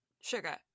sugar